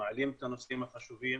מעלים את הנושאים החשובים